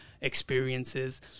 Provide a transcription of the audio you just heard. Experiences